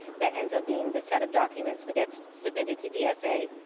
that ends up being the set of documents that gets submitted to dsa.